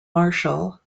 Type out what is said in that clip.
marshal